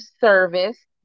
service